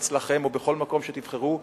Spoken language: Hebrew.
אצלכם או בכל מקום שתבחרו,